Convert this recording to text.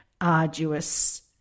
arduous